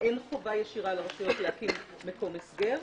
אין חובה ישירה לרשויות להקים מקום הסגר.